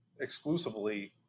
exclusively